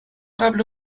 قبل